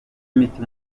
imiti